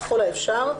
ככל האפשר,